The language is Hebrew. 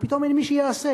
ופתאום אין מי שיעשה,